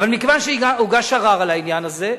אבל מכיוון שהוגש ערר על העניין הזה,